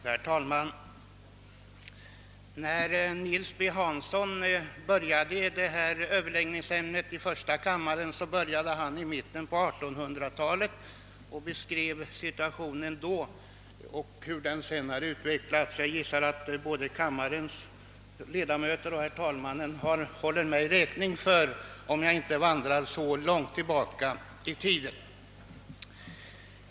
Herr talman! När Nils B. Hansson började överläggningen i första kammaren talade han först om 1800-talets mitt och beskrev situationen vid den tidpunkten och därefter den följande utvecklingen. Jag gissar att både kammarens ledamöter och talmannen håller mig räkning för att jag inte tänker gå så långt tillbaka i tiden.